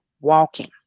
walking